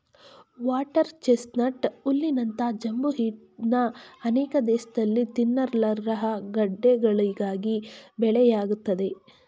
water chestnut ಹುಲ್ಲಿನಂತ ಜಂಬು ಇದ್ನ ಅನೇಕ ದೇಶ್ದಲ್ಲಿ ತಿನ್ನಲರ್ಹ ಗಡ್ಡೆಗಳಿಗಾಗಿ ಬೆಳೆಯಲಾಗ್ತದೆ